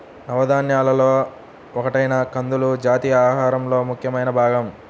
నవధాన్యాలలో ఒకటైన కందులు భారతీయుల ఆహారంలో ముఖ్యమైన భాగం